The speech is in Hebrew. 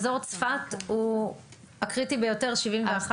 אזור צפת הוא הקריטי ביותר עם 71 יום.